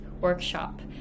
workshop